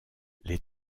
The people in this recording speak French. les